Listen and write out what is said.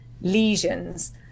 lesions